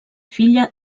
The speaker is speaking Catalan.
filla